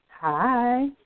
Hi